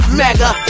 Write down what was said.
mega